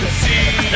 see